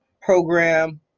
program